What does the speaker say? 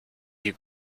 you